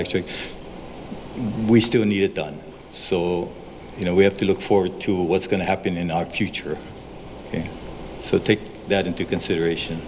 actually we still need it done so you know we have to look forward to what's going to happen in our future so take that into consideration